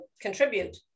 contribute